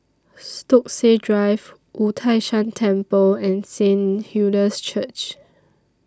Stokesay Drive Wu Tai Shan Temple and Saint Hilda's Church